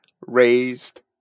raised